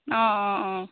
অঁ অঁ অঁ